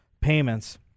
payments